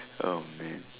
oh man